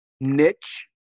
niche